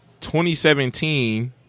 2017